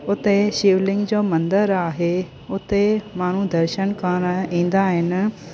उते शिवलिंग जो मंदरु आहे उते माण्हू दर्शन करण ईंदा आहिनि